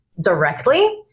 directly